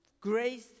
grace